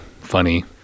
funny